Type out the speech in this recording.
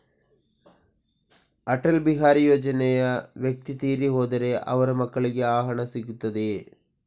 ಅಟಲ್ ಬಿಹಾರಿ ಯೋಜನೆಯ ವ್ಯಕ್ತಿ ತೀರಿ ಹೋದರೆ ಅವರ ಮಕ್ಕಳಿಗೆ ಆ ಹಣ ಸಿಗುತ್ತದೆಯೇ?